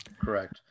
Correct